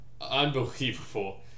Unbelievable